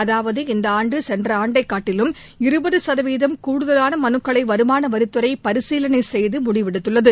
அதாவது இந்த ஆண்டு சென்ற ஆண்டைக் காட்டிலும் இருபது சதவீதம் கூடுதலான மனுக்களை வருமானவரித்துறை பரிசீலனை செய்து முடிவெடுத்துள்ளது